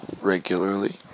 regularly